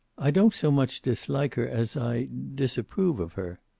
i don't so much dislike her as i disapprove of her.